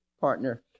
partner